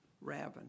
Raven